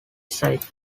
side